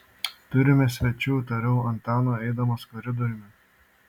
turime svečių tariau antanui eidamas koridoriumi